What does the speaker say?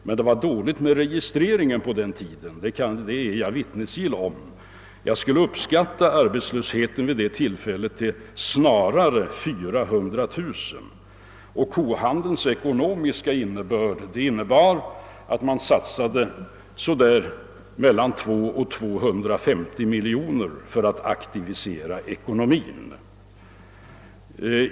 Men det var dåligt med registreringen på den tiden — på den punkten är jag vittnesgill — och jag skulle snarare uppskatta arbetslösheten vid det tillfället till 400 000. Kohandelins ekonomiska innebörd var att man satsade mellan 200 och 250 miljoner kronor för att aktivisera ekonomin.